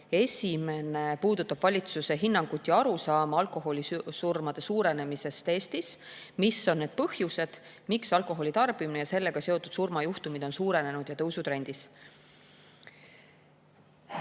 Esimene puudutab valitsuse hinnangut ja arusaama alkoholisurmade [arvu] suurenemisest Eestis. Mis on need põhjused, miks alkoholi tarbimine ja sellega seotud surmajuhtumite [arv] on suurenenud ja tõusutrendis?